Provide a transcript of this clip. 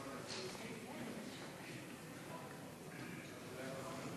חבר הכנסת איל בן ראובן,